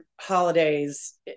holidays